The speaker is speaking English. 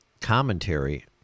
Commentary